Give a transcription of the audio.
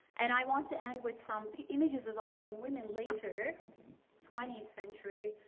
and i want to end with some images of ottoman women later twentieth century.